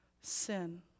sin